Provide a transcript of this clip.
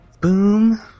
boom